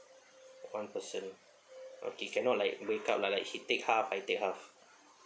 one person okay cannot like break up lah like she take half I take half